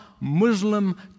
Muslim